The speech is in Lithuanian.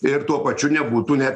ir tuo pačiu nebūtų net